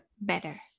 better